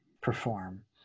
perform